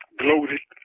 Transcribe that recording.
gloated